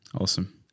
awesome